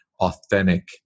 authentic